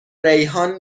ریحان